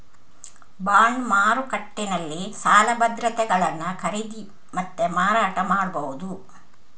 bond ಮಾರುಕಟ್ಟೆನಲ್ಲಿ ಸಾಲ ಭದ್ರತೆಗಳನ್ನ ಖರೀದಿ ಮತ್ತೆ ಮಾರಾಟ ಮಾಡ್ಬಹುದು